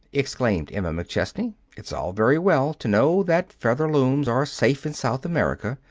exclaimed emma mcchesney. it's all very well to know that featherlooms are safe in south america.